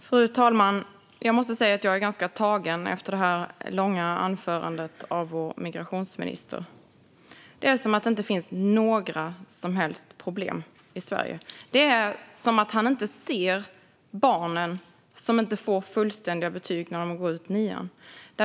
Fru talman! Jag måste säga att jag är ganska tagen efter det långa anförandet av vår migrationsminister. Det är som om det inte finns några som helst problem i Sverige. Det är som om han inte ser barnen som inte får fullständiga betyg när de går ut nian.